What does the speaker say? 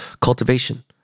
cultivation